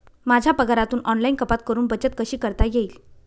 माझ्या पगारातून ऑनलाइन कपात करुन बचत कशी करता येईल?